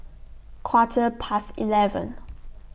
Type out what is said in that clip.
Quarter Past eleven